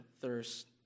Thirst